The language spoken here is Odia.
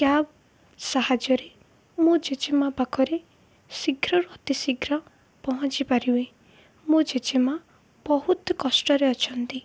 କ୍ୟାବ୍ ସାହାଯ୍ୟରେ ମୁଁ ଜେଜେମାଆ ପାଖରେ ଶୀଘ୍ରରୁ ଅତି ଶୀଘ୍ର ପହଞ୍ଚି ପାରିବି ମୋ ଜେଜେମାଆ ବହୁତ କଷ୍ଟରେ ଅଛନ୍ତି